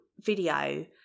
video